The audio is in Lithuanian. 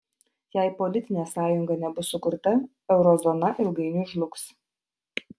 jei politinė sąjunga nebus sukurta euro zona ilgainiui žlugs